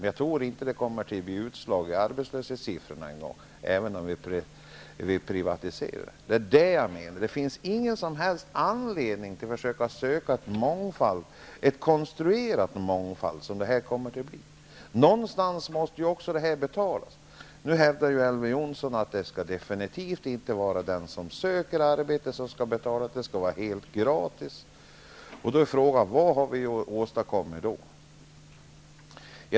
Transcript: Men jag tror inte att det kommer att ge utslag i arbetslöshetssiffrorna att man privatiserar. Det finns ingen som helst anledning till att försöka skapa en konstruerad mångfald, som detta kommer att bli. Någonstans måste ju pengar till detta tas. Nu hävdar Elver Jonsson att det inte skall vara den som söker arbete som skall betala detta, utan det skall vara helt gratis. Då är frågan: Vad har man åstadkommit?